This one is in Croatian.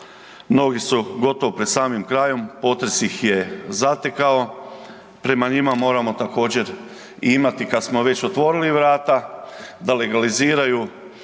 mnogu su gotovo pred samim krajem, potres ih je zatekao, prema njima moramo također imati kad smo već otvorili vrata, da legaliziraju